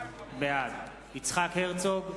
בעד יצחק הרצוג,